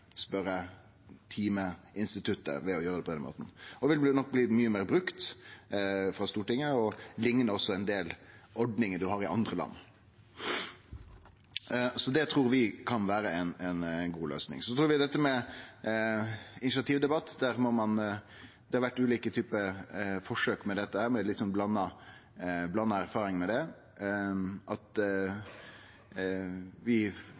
å gjere det på den måten. Det ville nok også blitt mykje meir brukt av Stortinget, og det liknar ein del ordningar ein har i andre land. Så det trur vi kan vere ei god løysing. Når det gjeld initiativdebatt, har det vore ulike typar forsøk og litt blanda erfaring med det, og vi helser velkomen ulike forslag til korleis ein kan lage den typen tema og initiativ på ulike vis. Det synest vi